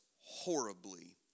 horribly